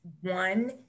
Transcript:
one